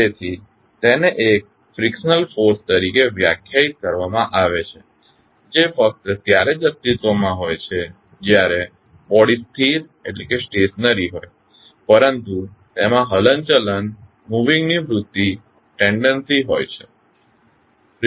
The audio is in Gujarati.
તેથી તેને એક ફ્રીકશનલ ફોર્સ તરીકે વ્યાખ્યાયિત કરવામાં આવે છે જે ફક્ત ત્યારે જ અસ્તિત્વમાં હોય છે જ્યારે બોડી સ્થિર હોય પરંતુ તેમાં હલનચલન ની વૃત્તિ હોય છે